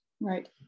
Right